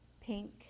pink